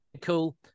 cool